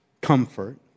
comfort